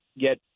get